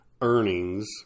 earnings